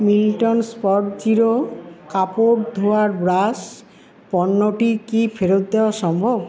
Milton spot zero কাপড় ধোয়ার brush পণ্যটি কি ফেরত দেওয়া সম্ভব